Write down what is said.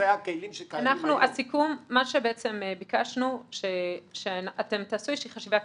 מה שביקשנו, שאתם תעשו איזושהי חשיבה.